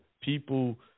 people